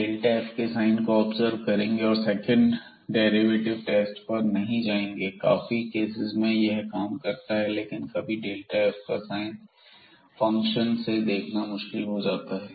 हम f के sine को ऑब्जर्व करेंगे और सेकंड डेरिवेटिव टेस्ट पर नहीं जाएंगे काफी केसेस में यह काम करता है लेकिन कभी f का साइन फंक्शन से देखना मुश्किल होता है